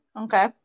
Okay